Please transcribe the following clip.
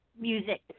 Music